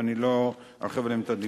ואני לא ארחיב עליהן את הדיבור.